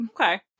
Okay